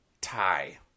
Tie